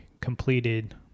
completed